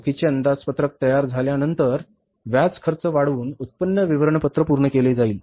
रोखीचे अंदाजपत्रक तयार झाल्यानंतर व्याज खर्च वाढवून उत्पन्न विवरणपत्र पूर्ण केले जाईल